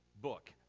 book